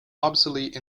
obsolete